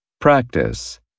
practice